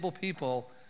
people